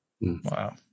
Wow